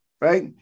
right